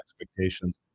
expectations